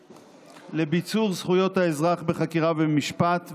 לביצור זכויות האזרח בחקירה ובמשפט,